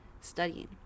studying